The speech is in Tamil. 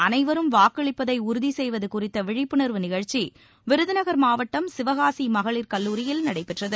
அனைவரும் வாக்களிப்பதை உறுதி செய்வது குறித்த விழிப்புனர்வு நிகழ்ச்சி விருதநகர் மாவட்டம் சிவகாசி மகளிர் கல்லூரியில் நடைபெற்றது